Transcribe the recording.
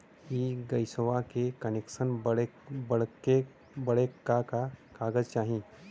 इ गइसवा के कनेक्सन बड़े का का कागज चाही?